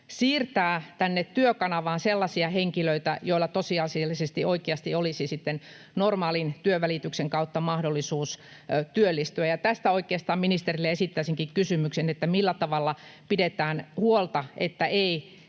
siirtää tänne Työkanavaan sellaisia henkilöitä, joilla tosiasiallisesti oikeasti olisi normaalin työnvälityksen kautta mahdollisuus työllistyä. Ja tästä oikeastaan ministerille esittäisinkin kysymyksen: millä tavalla pidetään huolta, että ei